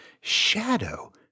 shadow